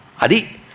Adi